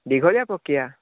দীঘলীয়া প্ৰক্ৰিয়া